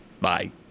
Bye